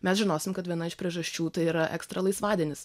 mes žinosim kad viena iš priežasčių tai yra ekstra laisvadienis